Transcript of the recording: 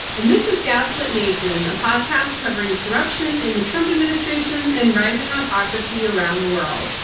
and this is gaslit nation, a podcast covering corruption in the trump administration and rising autocracy around the world.